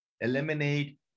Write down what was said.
eliminate